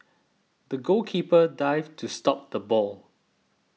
the goalkeeper dived to stop the ball